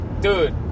dude